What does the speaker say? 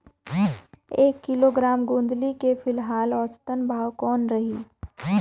एक किलोग्राम गोंदली के फिलहाल औसतन भाव कौन रही?